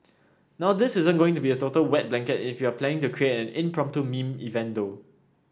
now this isn't going to be a total wet blanket if you're planning to create an impromptu meme event though